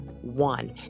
one